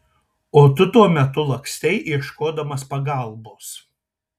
o tu tuo metu lakstei ieškodamas pagalbos